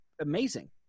amazing